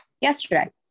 yesterday